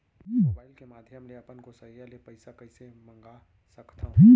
Mobile के माधयम ले अपन गोसैय्या ले पइसा कइसे मंगा सकथव?